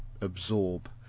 absorb